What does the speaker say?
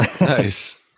Nice